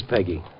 Peggy